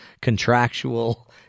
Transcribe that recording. contractual